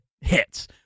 hits